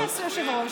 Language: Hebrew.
אדוני היושב-ראש,